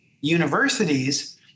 universities